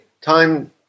time